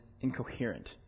incoherent